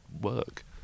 work